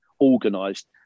organised